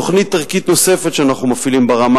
תוכנית ערכית נוספת שאנחנו מפעילים ברמה